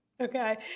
Okay